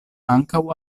ankaŭ